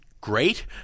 great